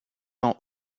ans